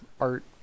art